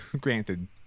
granted